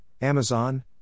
Amazon